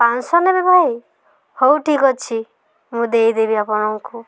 ପାଞ୍ଚଶହ ନେବେ ଭାଇ ହଉ ଠିକ ଅଛି ମୁଁ ଦେଇଦେବି ଆପଣଙ୍କୁ